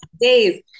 days